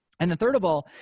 and then third of all,